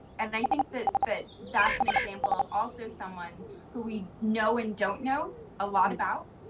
and i think that but that's an example of also someone who we know and don't know a lot about.